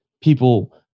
People